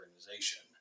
organization